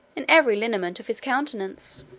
in every lineament of his countenance.